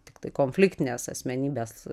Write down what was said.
tiktai konfliktinės asmenybės